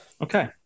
Okay